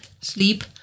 sleep